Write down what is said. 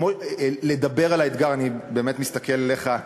לדבר על האתגר, אני באמת מסתכל עליך,